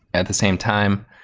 at the same time,